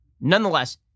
Nonetheless